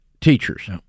teachers